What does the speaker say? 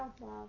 love